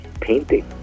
painting